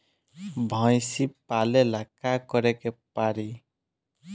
भइसी पालेला का करे के पारी?